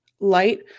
light